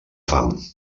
fam